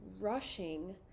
rushing